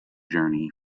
journey